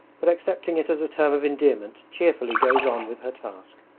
but accepting it as a term of endearment cheerfully goes on with her task.